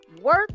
work